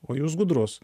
o jūs gudrus